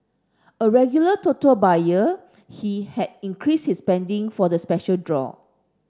a regular Toto buyer he had increases his spending for the special draw